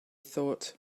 thought